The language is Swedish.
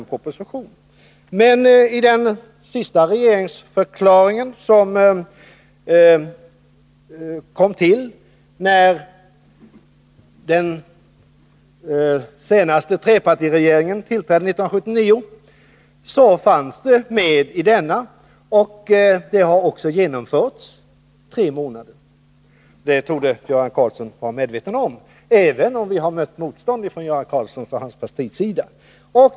Våra krav fanns med i den regeringsförklaring som avgavs när den senaste trepartiregeringen tillträdde 1979, och en utbyggnad med tre månader har också genomförts. Det torde Göran Karlsson vara medveten om, även om vi har mött motstånd från Göran Karlssons och hans partis sida.